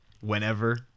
whenever